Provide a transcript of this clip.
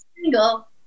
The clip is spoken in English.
single